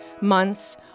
months